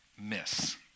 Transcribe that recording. miss